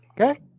Okay